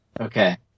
Okay